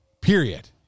period